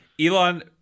Elon